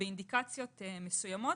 באינדיקציות מסוימות.